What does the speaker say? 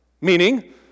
meaning